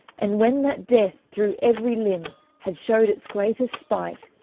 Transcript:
and when that death through everye limbe had showde its greatest spite,